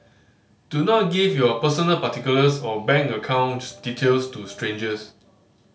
do not give your personal particulars or bank account details to strangers